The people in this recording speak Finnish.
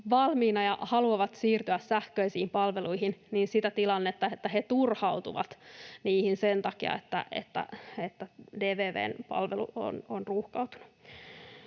valmiina ja haluavat siirtyä sähköisiin palveluihin, sitä tilannetta, että he turhautuvat niihin sen takia, että DVV:n palvelu on ruuhkautunut.